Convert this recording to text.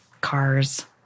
cars